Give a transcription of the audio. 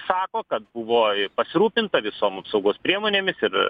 sako kad buvo pasirūpinta visom apsaugos priemonėmis ir